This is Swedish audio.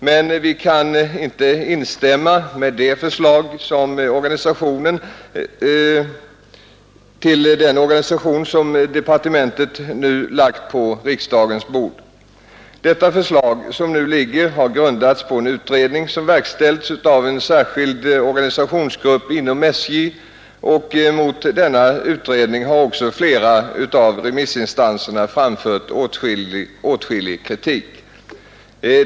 Men vi kan inte instämma i det förslag till omorganisation som departementet nu lagt på riksdagens bord. Det har grundats på en utredning som verkställts av en särskild organisationsgrupp inom SJ, och mot denna utredning har flera av remissinstanserna framfört åtskillig kritik.